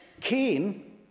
Cain